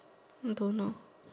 I don't know